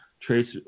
Trace